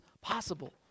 possible